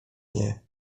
nie